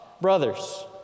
brothers